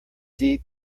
deep